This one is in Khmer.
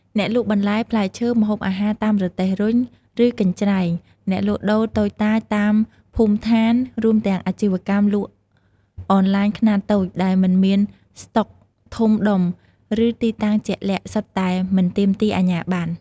អ្នកលក់បន្លែ ផ្លែឈើ ម្ហូបអាហារតាមរទេះរុញ ឬកញ្ច្រែង អ្នកលក់ដូរតូចតាចតាមភូមិឋាន រួមទាំងអាជីវកម្មលក់អនឡាញខ្នាតតូចដែលមិនមានស្តុកធំដុំ ឬទីតាំងជាក់លាក់ សុទ្ធតែមិនទាមទារអាជ្ញាប័ណ្ណ។